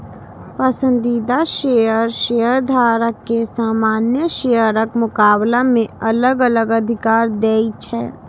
पसंदीदा शेयर शेयरधारक कें सामान्य शेयरक मुकाबला मे अलग अलग अधिकार दै छै